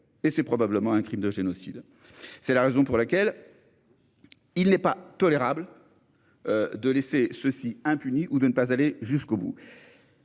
et probablement un crime de génocide. C'est la raison pour laquelle il n'est pas tolérable de laisser ces actes impunis ou de ne pas aller au bout